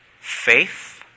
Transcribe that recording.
faith